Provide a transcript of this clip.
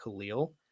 khalil